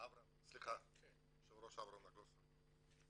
היושב ראש אברהם נגוסה,